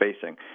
facing